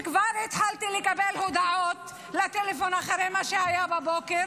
כבר התחלתי לקבל הודעות לטלפון אחרי מה שהיה בבוקר.